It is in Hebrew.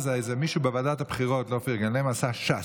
מישהו בוועדת הבחירות לא פרגן להם, ועשה ש"ס.